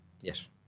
Yes